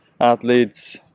athletes